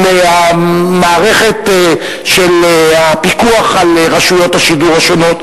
עם המערכת של הפיקוח על רשויות השידור השונות,